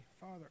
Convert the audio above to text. Father